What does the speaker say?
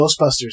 Ghostbusters